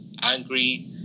angry